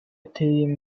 team